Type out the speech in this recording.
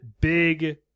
big